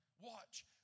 Watch